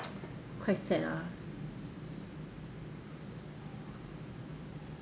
quite sad ah